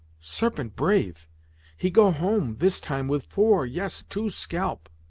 serpent brave he go home, this time, with four yes two scalp.